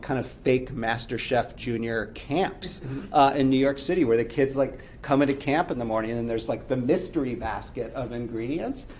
kind of fake master chef junior camps in new york city, where the kids like come into camp in the morning and and there's like the mystery basket of ingredients.